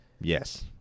Yes